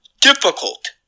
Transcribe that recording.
difficult